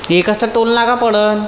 एकच तर टोलनाका पडंन